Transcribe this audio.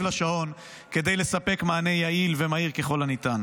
לשעון כדי לספק מענה יעיל ומהיר ככל הניתן.